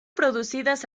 producidas